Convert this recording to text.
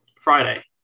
Friday